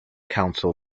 council